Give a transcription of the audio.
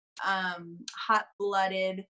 hot-blooded